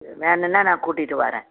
வேணுன்னால் நான் கூட்டிகிட்டு வரேன்